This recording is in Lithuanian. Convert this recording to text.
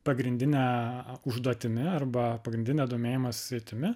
pagrindine užduotimi arba pagrindine domėjimosi sritimi